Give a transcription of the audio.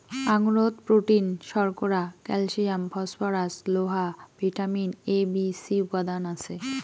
আঙুরত protein, শর্করা, calcium, phosphorus, লোহা, vitamin A, B, C উপাদান আছে